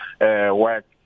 work